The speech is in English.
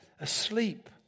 asleep